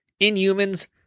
Inhumans